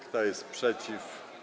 Kto jest przeciw?